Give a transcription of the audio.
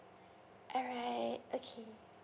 all right okay